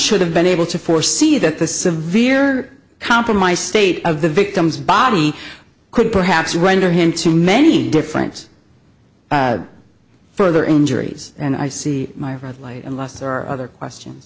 should have been able to foresee that the severe compromise state of the victim's body could perhaps render him to many different further injuries and i see my red light unless there are other question